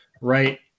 right